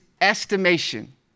estimation